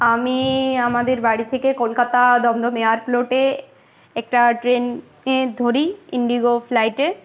আমি আমাদের বাড়ি থেকে কলকাতা দমদম এয়ারপোর্টে একটা ট্রেন ধরি ইন্ডিগো ফ্লাইটে